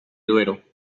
duero